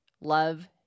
Love